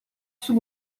sul